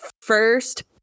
first